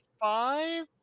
five